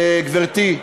גברתי,